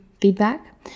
feedback